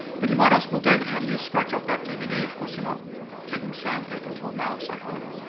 but you might ask, well, david, how do you scratch up that dvd? of course, you're not taking sandpaper to a mouse, i hope.